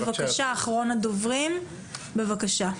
בבקשה.